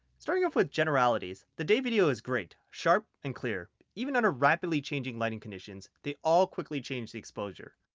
starting off with generalities the day video is great, sharp, and clear. even under rapidly changing lighting conditions they all quickly change the exposure.